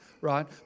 right